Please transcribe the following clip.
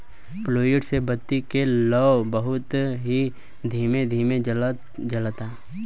fluid से बत्ती के लौं बहुत ही धीमे धीमे जलता